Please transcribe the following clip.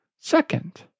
Second